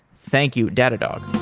thank you, datadog.